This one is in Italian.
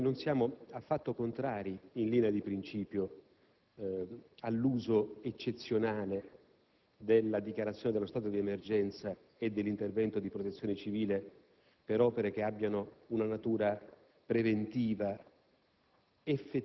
Non siamo affatto contrari, in linea di principio, all'uso eccezionale della dichiarazione dello stato di emergenza e all'intervento di protezione civile per opere che abbiano una natura preventiva,